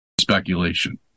Speculation